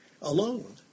alone